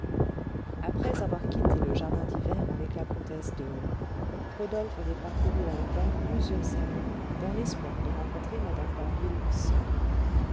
après avoir quitté le jardin d'hiver avec la comtesse de rodolphe avait parcouru en vain plusieurs salons dans l'espoir de rencontrer mme d'harville seule